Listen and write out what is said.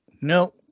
no